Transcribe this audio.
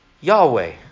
Yahweh